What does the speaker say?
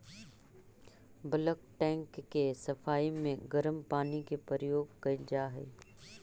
bulk tank के सफाई में गरम पानी के उपयोग कैल जा हई